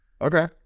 Okay